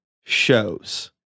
shows